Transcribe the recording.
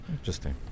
Interesting